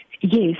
Yes